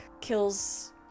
kills